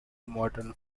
modern